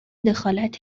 دخالت